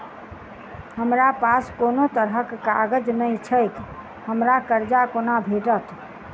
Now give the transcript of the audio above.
हमरा पास कोनो तरहक कागज नहि छैक हमरा कर्जा कोना भेटत?